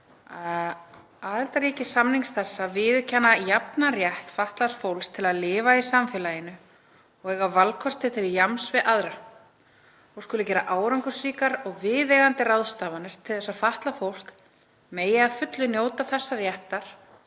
Aðildarríki samnings þessa viðurkenna jafnan rétt alls fatlaðs fólks til að lifa í samfélaginu og eiga valkosti til jafns við aðra og skulu gera árangursríkar og viðeigandi ráðstafanir til þess að fatlað fólk megi að fullu njóta þessa réttar